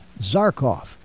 Zarkov